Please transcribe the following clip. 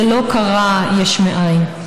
זה לא קרה יש מאין.